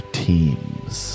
teams